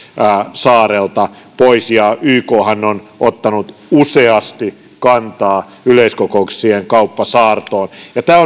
saarelta pois ykhan on ottanut useasti kantaa yleiskokouksissa kauppasaartoon tämä